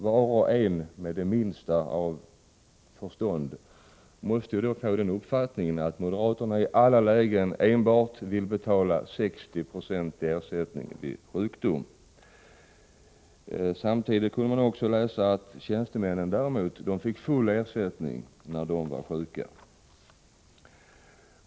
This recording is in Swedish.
Var och en med det minsta förstånd måste då få den uppfattningen att moderaterna i alla lägen enbart vill betala 60 26 i ersättning vid sjukdom. Samtidigt kunde man också läsa att tjänstemän däremot fick full ersättning när de var sjuka.